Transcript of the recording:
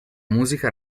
musica